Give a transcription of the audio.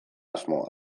asmoa